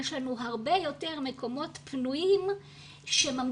יש לנו הרבה יותר מקומות פנויים שממתינים